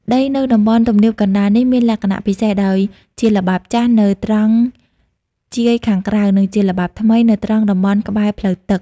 ដីនៅតំបន់ទំនាបកណ្ដាលនេះមានលក្ខណៈពិសេស ដោយជាល្បាប់ចាស់នៅត្រង់ជាយខាងក្រៅ និងជាល្បាប់ថ្មីនៅត្រង់តំបន់ក្បែរផ្លូវទឹក។